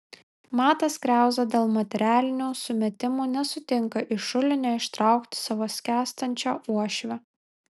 matas kriauza dėl materialinių sumetimų nesutinka iš šulinio ištraukti savo skęstančio uošvio